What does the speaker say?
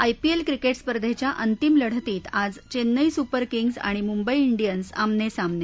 IPL cricket स्पर्धेच्या अंतिम लढतीत आज चेन्नई सुपर किंग्स आणि मुंबई डियन्स आमने सामने